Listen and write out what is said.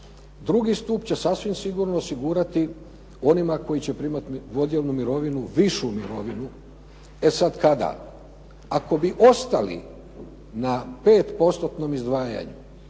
II. stup će sasvim sigurno osigurati onima koji će primati dvodjelnu mirovinu, višu mirovinu. E sad kada? Ako bi ostali na 5 postotnom izdvajanju,